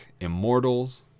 Immortals